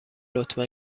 لطفا